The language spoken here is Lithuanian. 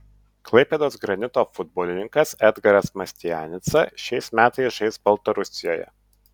klaipėdos granito futbolininkas edgaras mastianica šiais metais žais baltarusijoje